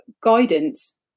guidance